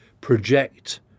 project